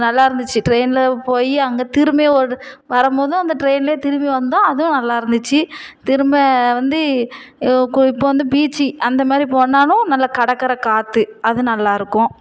நல்லா இருந்துச்சு ட்ரெயினில் போய் அங்கே திரும்பியும் ஒரு வரும் போதும் அந்த ட்ரெயினில் திரும்பி வந்தோம் அதுவும் நல்லா இருந்துச்சு திரும்ப வந்து இப்போ வந்து பீச்சி அந்த மாதிரி போனாலும் நல்ல கடற்கரை காற்று அது நல்லா இருக்கும்